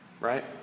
right